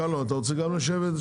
שלום, אתה רוצה גם לשבת?